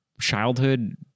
childhood